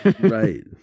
Right